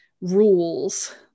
rules